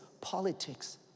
politics